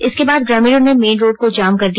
इसके बाद ग्रामीणों ने मेन रोड को जाम कर दिया